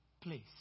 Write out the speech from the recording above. place